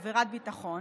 עבירת ביטחון,